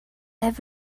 have